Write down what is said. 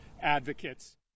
advocates